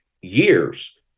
years